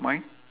K